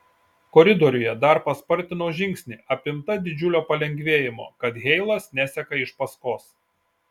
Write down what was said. koridoriuje dar paspartinau žingsnį apimta didžiulio palengvėjimo kad heilas neseka iš paskos